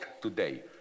today